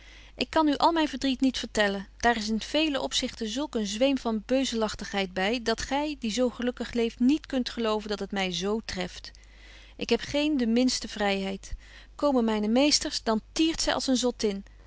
ik kan u al myn verdriet niet vertellen daar is in veele opzichten zulk een zweem van beuzelagtigheid by dat gy die zo gelukkig leeft niet kunt geloven dat het my z treft ik heb geen de minste vryheid komen myne meesters dan tiert zy als een zottin